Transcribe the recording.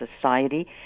society